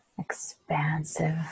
Expansive